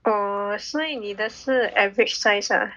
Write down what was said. oh 所以你的是 average size ah